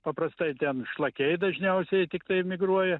paprastai ten šlakiai dažniausiai tiktai migruoja